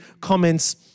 comments